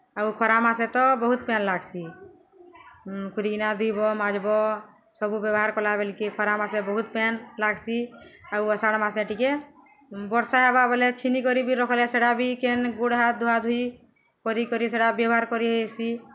ଆଉ ଖରା ମାସେ ତ ବହୁତ୍ ପେନ୍ ଲାଗ୍ସି ଖୁରିଗିନା ଧୁଇବ ମାଜ୍ବ ସବୁ ବ୍ୟବହାର୍ କଲା ବେଲ୍କେ ଖରାମାସେ ବହୁତ୍ ପେନ୍ ଲାଗ୍ସି ଆଉ ଅଷାଢ଼୍ ମାସେ ଟିକେ ବର୍ଷା ହେବା ବଲେ ଛିନିିକରି ବି ରଖ୍ଲେ ସେଟା ବି କେନ୍ ଗୋଡ଼୍ ହାତ୍ ଧୁଆ ଧୁଇ କରି କରି ସେଟା ବ୍ୟବହାର୍ କରି ହେସି